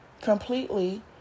Completely